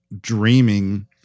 dreaming